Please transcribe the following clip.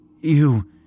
You